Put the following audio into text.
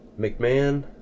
McMahon